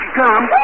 come